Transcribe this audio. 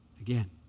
again